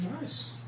Nice